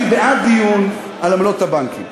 אני בעד דיון על עמלות הבנקים,